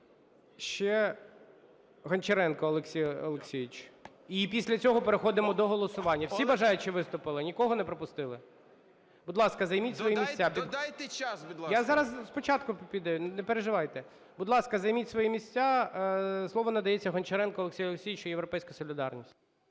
Ще Гончаренко Олексій Олексійович. І після цього переходимо до голосування. Всі бажаючі виступили? Нікого не пропустили? Будь ласка, займіть свої місця. 12:50:36 ГОНЧАРЕНКО О.О. Додайте час, будь ласка. ГОЛОВУЮЧИЙ. Зараз, з початку піде, не переживайте. Будь ласка, займіть свої місця. Слово надається Гончаренку Олексію Олексійовичу, "Європейська солідарність".